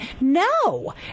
no